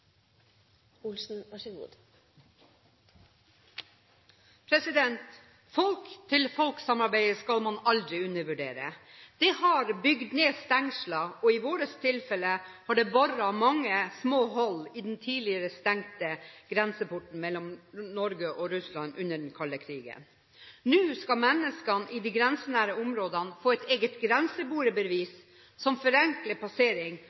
i vårt tilfelle boret det mange små hull i den tidligere stengte grenseporten mellom Norge og Russland under den kalde krigen. Nå skal menneskene i de grensenære områdene få et eget grenseboerbevis som forenkler passering,